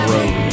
Road